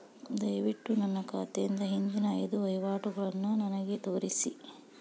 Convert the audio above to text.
ದಯವಿಟ್ಟು ನನ್ನ ಖಾತೆಯಿಂದ ಹಿಂದಿನ ಐದು ವಹಿವಾಟುಗಳನ್ನು ನನಗೆ ತೋರಿಸಿ